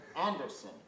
Anderson